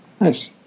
Nice